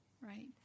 Right